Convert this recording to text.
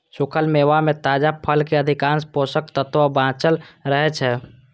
सूखल मेवा मे ताजा फलक अधिकांश पोषक तत्व बांचल रहै छै